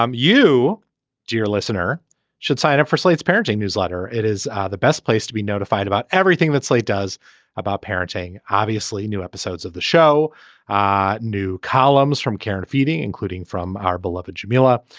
um you dear listener should sign up for slate's parenting newsletter. it is the best place to be notified about everything that slate does about parenting. obviously new episodes of the show ah new columns from care and feeding including from our beloved jamila.